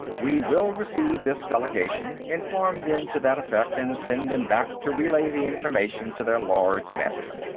we will receive this delegation, inform them to that effect, and send them back to relay the information to their lords-master.